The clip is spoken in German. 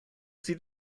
sie